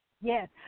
yes